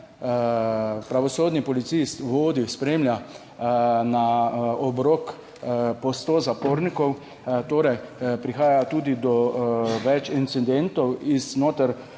pravosodni policist v vodi, spremlja na obrok po sto zapornikov, torej prihaja tudi do več incidentov iz noter,